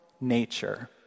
nature